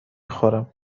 خورم